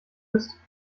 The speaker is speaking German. ist